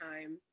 time